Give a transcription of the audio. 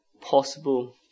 possible